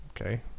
okay